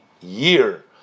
year